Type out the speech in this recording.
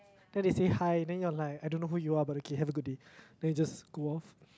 then they say hi then you are like I don't know who you are but okay have a good day then you just go off